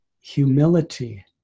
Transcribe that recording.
humility